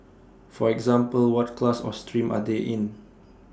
for example what class or stream are they in